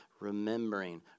Remembering